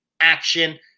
action